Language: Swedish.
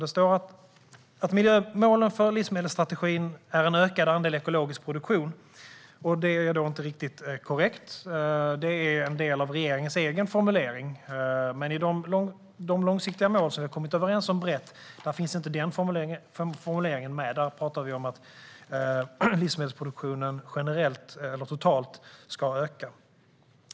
Det står att miljömålen för livsmedelsstrategin är "en ökad andel ekologisk produktion". Det är inte riktigt korrekt. Det är en del av regeringens egen formulering, men i de långsiktiga mål som vi brett kommit överens om finns inte den formuleringen med. Där talar vi om att livsmedelsproduktionen ska öka generellt eller totalt.